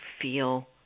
feel